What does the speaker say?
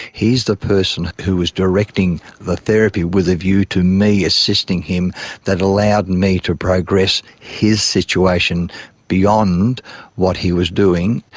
he is the person who was directing the therapy with a view to me assisting him that allowed me to progress his situation beyond what he was doing.